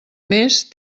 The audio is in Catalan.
més